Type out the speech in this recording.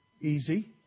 Easy